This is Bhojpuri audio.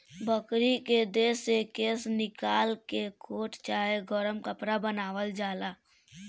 बकरी के देह से केश निकाल के कोट चाहे गरम कपड़ा बनावल जाला